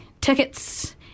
tickets